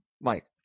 Mike